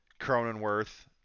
Cronenworth